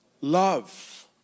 love